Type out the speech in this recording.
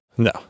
No